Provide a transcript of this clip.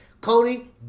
Cody